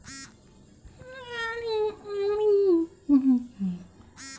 গাড়ী বীমার টাকা কি আমি প্রতি মাসে দিতে পারি?